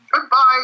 goodbye